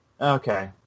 okay